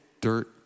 dirt